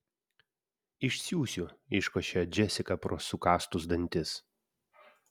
išsiųsiu iškošia džesika pro sukąstus dantis